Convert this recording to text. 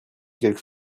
quelque